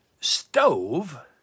stove